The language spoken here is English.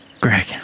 Greg